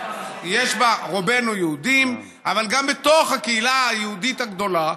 רובנו יהודים, אבל בתוך הקהילה היהודית הגדולה,